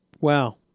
Wow